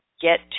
get